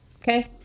okay